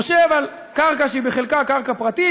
יושב על קרקע שהיא בחלקה קרקע פרטית,